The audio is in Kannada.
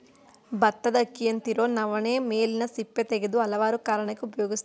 ಬತ್ತದ ಅಕ್ಕಿಯಂತಿರೊ ನವಣೆ ಮೇಲಿನ ಸಿಪ್ಪೆ ತೆಗೆದು ಹಲವಾರು ಕಾರಣಕ್ಕೆ ಉಪಯೋಗಿಸ್ತರೆ